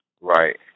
Right